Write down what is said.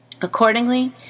Accordingly